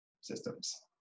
systems